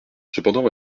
cependant